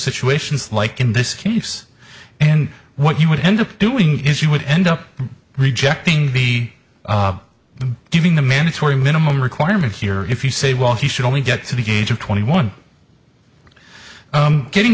situations like in this case and what you would end up doing is you would end up rejecting the giving the mandatory minimum requirement here if you say well he should only get to the gauge of twenty one getting